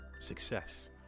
success